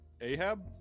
Ahab